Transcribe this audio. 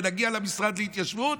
נגיע למשרד להתיישבות.